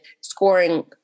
scoring